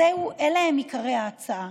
אלה הם עיקרי ההצעה.